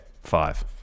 Five